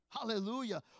Hallelujah